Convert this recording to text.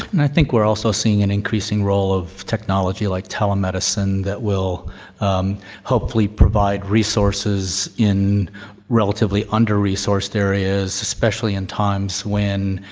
i think we're also seeing an increasing role of technology like telemedicine that will hopefully provide resources in relatively under-resourced areas, especially in times when